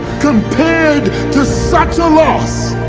compared to such a loss,